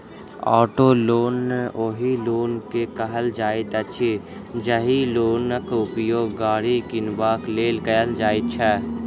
auto loan ओहि loan के कहल जाइत अछि, जाहि लोनक उपयोग गाड़ी किनबाक लेल कयल जाइत छै